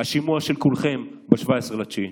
השימוע של כולכם הוא ב-17 בספטמבר.